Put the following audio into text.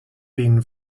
always